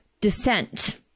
dissent